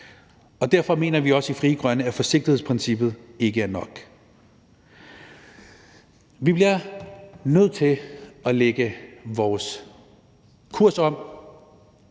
Derfor mener vi også i Frie Grønne, at forsigtighedsprincippet ikke er nok. Vi bliver nødt til at lægge vores kurs om.